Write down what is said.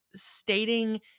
Stating